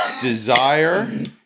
desire